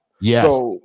Yes